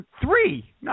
three